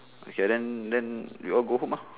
we shall then then we all go home lor